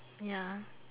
ya